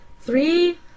Three